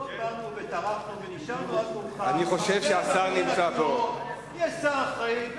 טרחנו ונשארנו עד מאוחר, שיהיה שר אחראי.